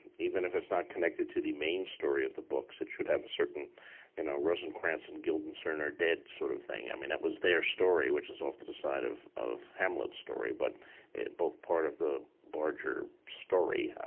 even if it's not connected to the main story of the books, it should have a certain you know rosencrantz and guildenstern are dead sort of thing. i mean, that was their story, which was off to the side of of hamlet's story, but both part of the larger story.